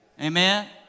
Amen